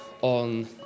on